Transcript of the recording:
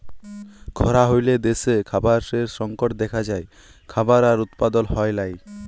খরা হ্যলে দ্যাশে খাবারের সংকট দ্যাখা যায়, খাবার আর উৎপাদল হ্যয় লায়